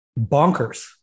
bonkers